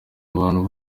abantu